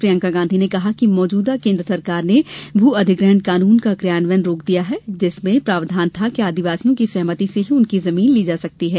प्रियंका गांधी ने कहा कि मौजूदा केन्द्र सरकार ने भू अधिग्रहण कानून का कियान्वयन रोक दिया है जिसमें प्रावधान था कि आदिवासियों की सहमति से ही उनकी जमीन ली जा सकती है